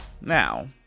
Now